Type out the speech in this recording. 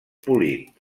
polit